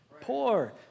poor